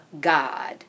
God